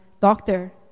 doctor